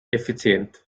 effizient